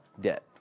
debt